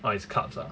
!wah! it's carbs ah